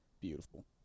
Beautiful